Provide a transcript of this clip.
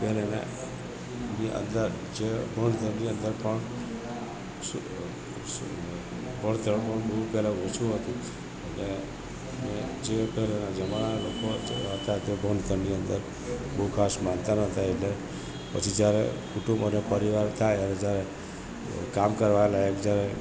અત્યારેજ અંદર પણ ભણતર પણ બહુ પહેલા ઓછું હતું અને અને જે પહેલાના જમાનાના લોકો જે હતા તે ભણતરની અંદર બહુ ખાસ માનતા ન હતા એટલે પછી જ્યારે કુટુંબોને પરિવાર થાય અને જ્યારે કામ કરવા લાયક જ્યારે